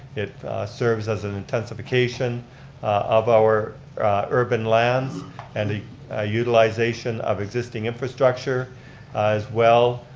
it serves as an intensification of our urban lands and a utilization of existing infrastructure as well.